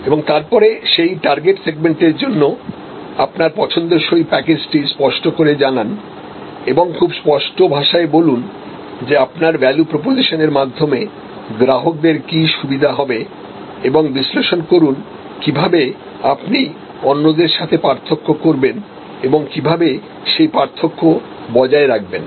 এবং তারপরে সেই টার্গেট সেগমেন্টের জন্য আপনার পছন্দসই প্যাকেজটি স্পষ্ট করে জানান এবং খুব স্পষ্ট ভাষায় বলুন যে আপনার ভ্যালু প্রপোজিসনের মাধ্যমে গ্রাহকদের কি সুবিধা হবে এবং বিশ্লেষণ করুন কীভাবে আপনি অন্যদের সাথে পার্থক্য করবেন এবং কীভাবে সেই পার্থক্য বজায় রাখবেন